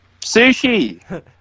Sushi